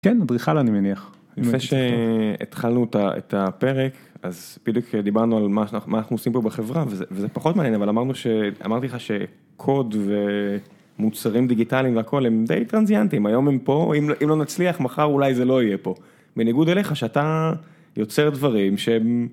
כן, אדריכל אני מניח. יפה שהתחלנו את הפרק, אז בדיוק דיברנו על מה אנחנו עושים פה בחברה וזה פחות מעניין, אבל אמרנו, אמרתי לך שקוד ומוצרים דיגיטליים והכול הם די טרנזייאנטים, היום הם פה, אם לא נצליח, מחר אולי זה לא יהיה פה. בניגוד אליך, שאתה יוצר דברים ש...